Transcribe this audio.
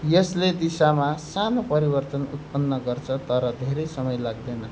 यसले दिशामा सानो परिवर्तन उत्पन्न गर्छ तर धेरै समय लाग्दैन